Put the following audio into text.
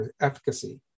efficacy